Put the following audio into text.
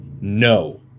No